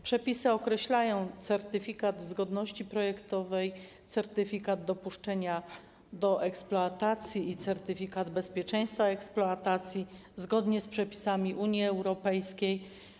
Przepisy określają certyfikat zgodności projektowej, certyfikat dopuszczenia do eksploatacji i certyfikat bezpieczeństwa eksploatacji zgodnie z przepisami Unii Europejskiej.